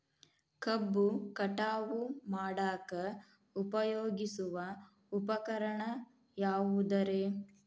ಕಬ್ಬು ಕಟಾವು ಮಾಡಾಕ ಉಪಯೋಗಿಸುವ ಉಪಕರಣ ಯಾವುದರೇ?